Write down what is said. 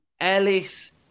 Ellis